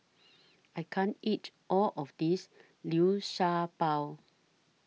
I can't eat All of This Liu Sha Bao